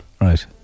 Right